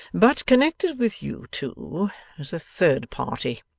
but connected with you two is a third party,